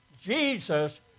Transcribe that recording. Jesus